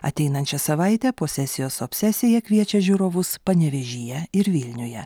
ateinančią savaitę posesijos obsesija kviečia žiūrovus panevėžyje ir vilniuje